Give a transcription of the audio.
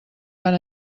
van